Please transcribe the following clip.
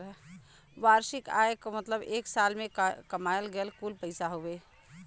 वार्षिक आय क मतलब एक साल में कमायल गयल कुल पैसा हउवे